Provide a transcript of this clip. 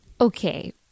Okay